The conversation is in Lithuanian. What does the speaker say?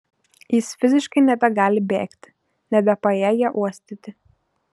jis fiziškai nebegali bėgti nebepajėgia uostyti